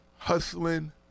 hustling